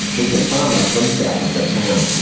he's a farmer from south of the town.